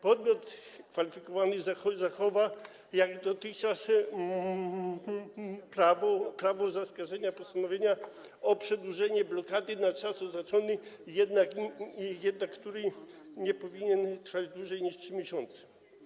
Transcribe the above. Podmiot kwalifikowany zachowa jak dotychczas prawo do zaskarżenia postanowienia o przedłużeniu blokady na czas oznaczony, który jednak nie powinien trwać dłużej niż 3 miesiące.